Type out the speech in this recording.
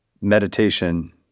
meditation